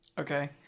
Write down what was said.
Okay